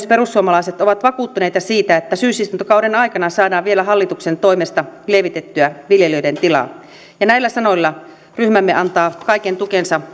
perussuomalaiset ovat vakuuttuneita siitä että syysistuntokauden aikana saadaan vielä hallituksen toimesta lievitettyä viljelijöiden tilaa ja näillä sanoilla ryhmämme antaa kaiken tukensa